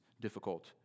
difficult